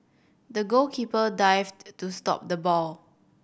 the goalkeeper dived to stop the ball